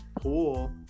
pool